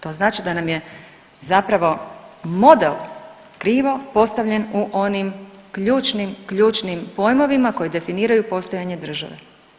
To znači da nam je zapravo model krivo postavljen u onim ključnim, ključnim pojmovima koji definiraju postojanje države.